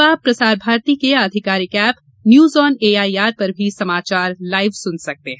अब आप प्रसार भारती के अधिकारिक एप न्यूज ऑन एआइआर पर भी समाचार लाइव सुन सकते हैं